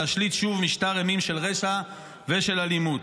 להשליט שום משטר אימים של רשע ושל אלימות.